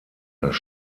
das